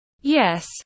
Yes